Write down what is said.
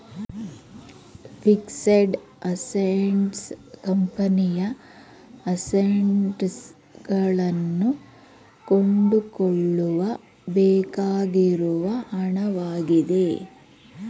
fixed assets ಕಂಪನಿಯ assets ಗಳನ್ನು ಕೊಂಡುಕೊಳ್ಳಲು ಬೇಕಾಗಿರುವ ಹಣವಾಗಿದೆ